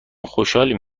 خوشحالیم